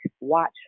watch